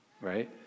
right